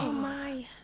my.